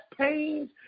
pains